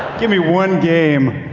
give me one game,